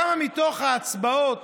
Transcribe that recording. כמה מתוך ההצבעות,